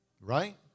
right